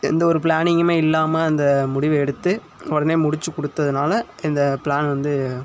எந்த ஒரு ப்ளானிங்குமே இல்லாமல் அந்த முடிவை எடுத்து உடனே முடித்து கொடுத்ததுனால இந்த ப்ளான் வந்து